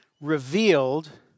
revealed